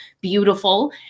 beautiful